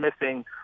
missing